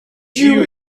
you